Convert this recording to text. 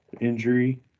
injury